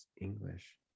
English